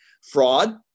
fraud